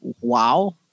Wow